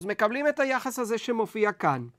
אז מקבלים את היחס הזה שמופיע כאן.